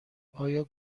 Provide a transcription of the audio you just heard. آیا